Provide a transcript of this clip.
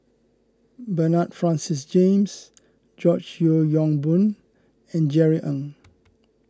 Bernard Francis James George Yeo Yong Boon and Jerry Ng